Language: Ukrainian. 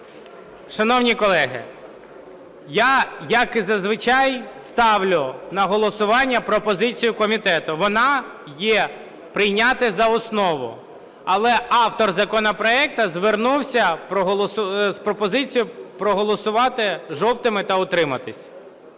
Шановні колеги, я, як і зазвичай, ставлю на голосування пропозицію комітету. Вона є: прийняти за основу. Але автор законопроекту звернувся з пропозицією проголосувати "жовтими" та утриматися.